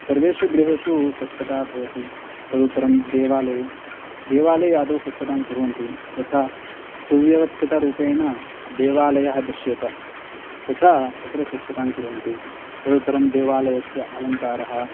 सर्वेषु ग्रहेषु स्वच्छता भवति तदुत्तरं देवालये देवालये आदौ स्वच्छतां कुर्वन्ति यथा सुव्यवस्थितरूपेण देवायः दृश्येत तथा तत्र स्वच्छतां कुर्वन्ति तदुत्तरं देवालयस्य अलङ्कारः